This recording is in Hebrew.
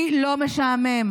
לי לא משעמם.